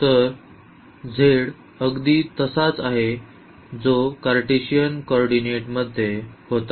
तर z अगदी तसाच आहे जो कार्टेशियन कॉर्डिनेंटमध्ये होता